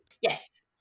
Yes